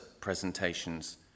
presentations